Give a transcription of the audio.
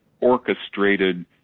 orchestrated